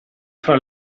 fra